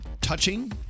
touching